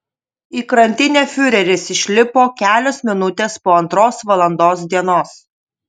į krantinę fiureris išlipo kelios minutės po antros valandos dienos